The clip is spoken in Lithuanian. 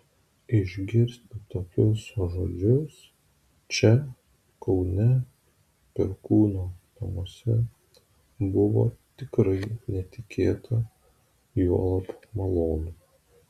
išgirsti tokius žodžius čia kaune perkūno namuose buvo tikrai netikėta juolab malonu